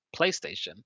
PlayStation